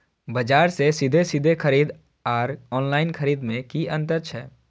बजार से सीधे सीधे खरीद आर ऑनलाइन खरीद में की अंतर छै?